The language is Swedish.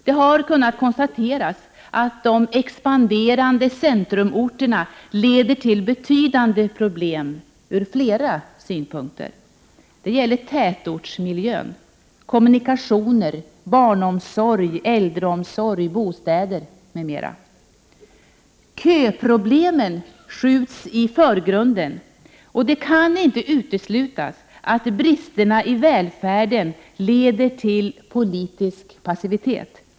Det har kunnat konstateras att de expanderande centrumorterna leder till betydande problem ur flera synpunkter. Det gäller tätortsmiljön, kommunikationer, barnomsorg, äldreomsorg, bostäder m.m. Köproblemen skjuts i förgrunden, och det kan inte uteslutas att bristerna i välfärden leder till politisk passivitet.